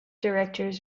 directors